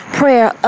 prayer